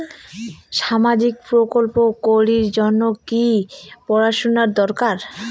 সামাজিক প্রকল্প করির জন্যে কি পড়াশুনা দরকার?